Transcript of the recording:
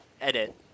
edit